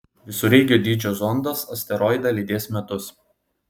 visureigio dydžio zondas asteroidą lydės metus